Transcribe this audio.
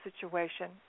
situation